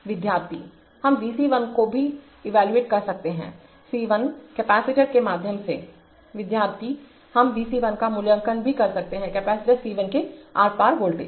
विद्यार्थी हम Vc1 को भी इवेलुएट कर सकते हैं C1 कैपेसिटर के माध्यम से विद्यार्थी हम V c 1 का मूल्यांकन भी कर सकते हैं कैपेसिटर C 1 के आर पार वोल्टेज